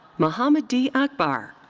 mohammed d. akbar.